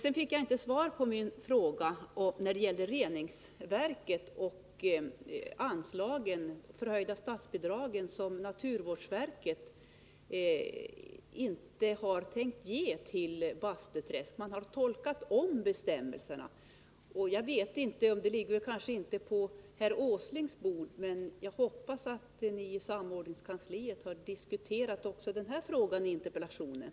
Jag fick inte svar på min fråga beträffande reningsverket i Bastuträsk som naturvårdsverket inte tänker ge förhöjt statsbidrag till, eftersom naturvårdsverket har tolkat om bestämmelserna. Denna fråga ligger kanske inte på herr Åslings bord, men jag hoppas att ni i samordningskansliet har diskuterat också denna fråga i interpellationen.